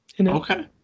Okay